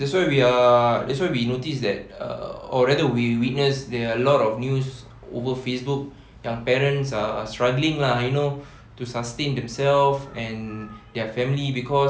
that's why we are that's why we notice that err or rather we witness there are a lot of news over facebook young parents are struggling lah you know to sustain themselves and their family cause